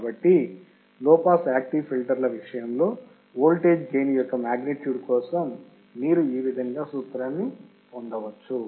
కాబట్టి low pass active filter విషయంలో voltage gain యొక్క మాగ్నిట్యూడ్ కోసం మీరు ఈ విధంగా సూత్రాన్ని పొందవచ్చు